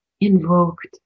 invoked